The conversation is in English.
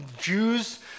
Jews